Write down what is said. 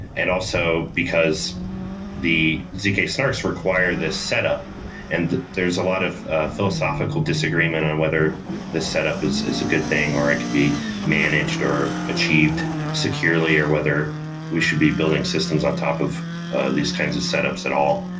and also, because the zk-snarks require this setup and there is a lot of philosophical disagreement on whether this setup is is a good thing, or it could be managed, or achieved securely, or whether we should be building systems on top of these kinds of setups at all.